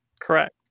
correct